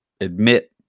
admit